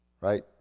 right